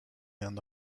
end